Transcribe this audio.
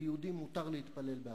ליהודים מותר להתפלל בהר-הבית.